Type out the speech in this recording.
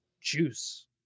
juice